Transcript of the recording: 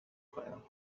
player